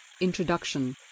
Introduction